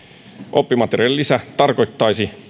oppimateriaalilisä tarkoittaisi